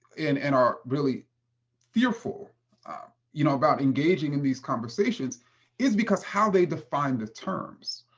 and and are really fearful you know about engaging in these conversations is because how they define the terms.